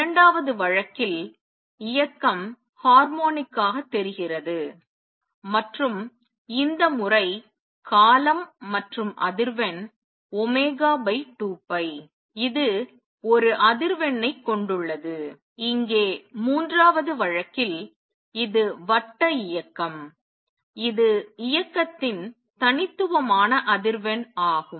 இரண்டாவது வழக்கில் இயக்கம் ஹார்மோனிக்காக தெரிகிறது மற்றும் இந்த முறை காலம் மற்றும் அதிர்வெண் ω 2π இது ஒரு அதிர்வெண்ணை கொண்டுள்ளது இங்கே மூன்றாவது வழக்கில் இது வட்ட இயக்கம் இது இயக்கத்தின் தனித்துவமான அதிர்வெண் ஆகும்